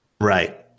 Right